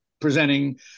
presenting